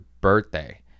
birthday